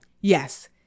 Yes